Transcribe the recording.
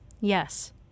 Yes